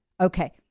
Okay